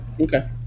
Okay